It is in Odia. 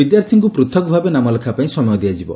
ବିଦ୍ୟାର୍ଥୀଙ୍କୁ ପୂଥକ ଭାବେ ନାମଲେଖାପାଇଁ ସମୟ ଦିଆଯିବ